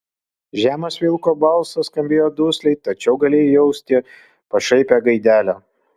žemas vilko balsas skambėjo dusliai tačiau galėjai justi pašaipią gaidelę